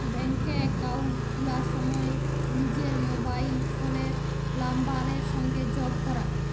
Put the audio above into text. ব্যাংকে একাউল্ট খুলার সময় লিজের মবাইল ফোলের লাম্বারের সংগে যগ ক্যরা